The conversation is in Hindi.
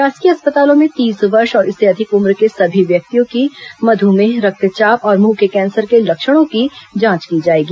शासकीय अस्पतालों में तीस वर्ष और इससे अधिक उम्र के सभी व्यक्तियों की मधुमेह रक्तचाप और मुंह के कैंसर के लक्षणों की जांच की जाएगी